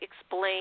explain